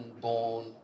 born